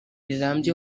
rirambye